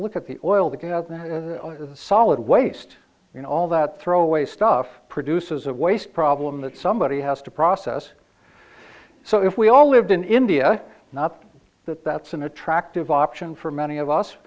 that solid waste all that throwaway stuff produces of waste problem that somebody has to process so if we all lived in india not that that's an attractive option for many of us